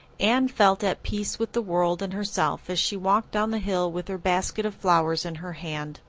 anne felt at peace with the world and herself as she walked down the hill with her basket of flowers in her hand.